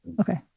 okay